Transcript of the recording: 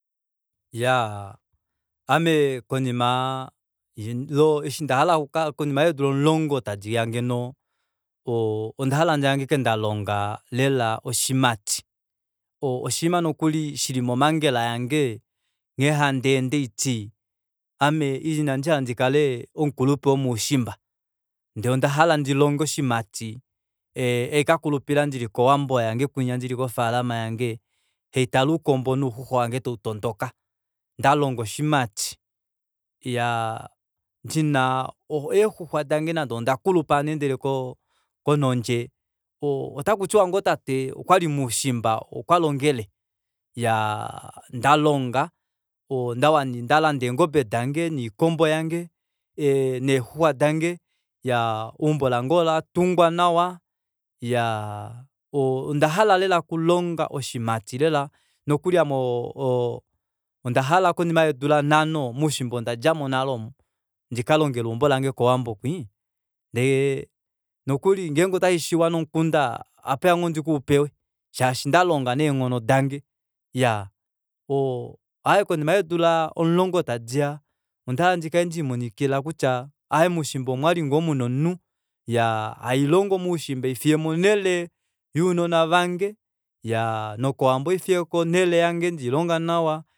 Iyaa ame konima yeedula omulongo tadiya ngeno oo ondahala ndihangike ndalonga lela oshimati oshinima shili nokuli momangela yange nghee handeende ohanditi ame ina ndihala ndikale omukulupe womuushimba ndee ondahala ndilonge oshimati haikakulupila ndili kowambo ndili kofalama yange haitale oukombo nouxuxwa vange tautondoka ndalonga oshimati iyaa ndina eexuxwa dange nande ondakulupa handeendele konondje otakutiwa ngoo tate okwali moushimba okwalongele iyaa ndalonga ndalanda eengobe dange noikombo yange neexuxwa dange iyaa eumbo lange olatungwa nawa iyaa ondahala lela okulonga oshimalti nokuli ame ondahala konima yeedula nhano moushimba ondadjamo nale omu ndikalongele eumbo lange kowambo kwii ndee nokuli ngenge otashishiiva nomukunda ohapeya ngoo ndikeupewe shaashi ondalonga neenghono dange oo aaye konima yeedula omulongo tadiya ondahala ndikale ndelimonikila kutya aaye moushimba omwali ngoo muna omunhu iyaa hailongo moushimba handi fiyemo onele younona vange nokowambo haifiyeko onele yange ndeilonga nawa